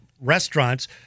restaurants